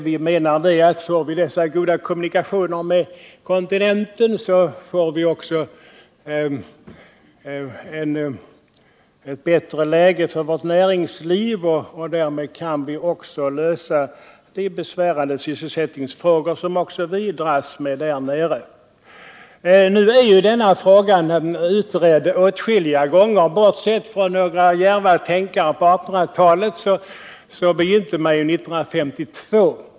Vi menar att får vi dessa goda kommunikationer med kontinenten, så får vi också ett bättre läge för vårt näringsliv, och därmed kan vi också lösa de besvärande sysselsättningsproblem som vi där nere dras med. Nu är ju denna fråga utredd åtskilliga gånger. Bortsett från några djärva tänkare på 1800-talet begynte man med den 1952.